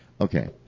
okay